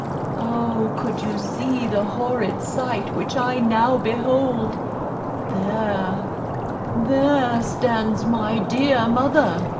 oh could you see the horrid sight which i now behold there there stands my dear mother,